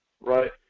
Right